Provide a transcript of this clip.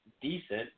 decent